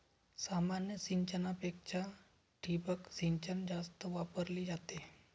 सामान्य सिंचनापेक्षा ठिबक सिंचन जास्त वापरली जाते